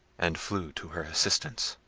and flew to her assistance.